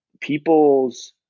people's